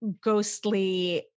ghostly